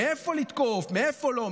מאיפה לתקוף ומאיפה לא?